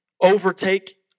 overtake